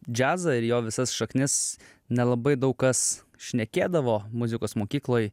džiazą ir jo visas šaknis nelabai daug kas šnekėdavo muzikos mokykloj